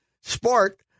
sport